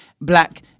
black